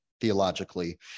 theologically